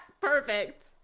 Perfect